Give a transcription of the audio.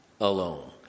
alone